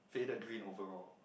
faded green overall